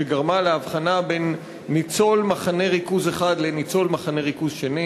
שגרמה להבחנה בין ניצול מחנה ריכוז אחד לניצול מחנה ריכוז שני,